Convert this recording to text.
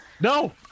No